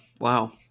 Wow